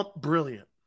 brilliant